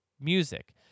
music